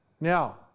Now